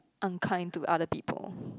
unkind to other people